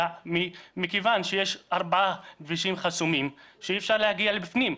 מכיוון שיש ארבעה כבישים חסומים שאי אפשר להגיע לבפנים,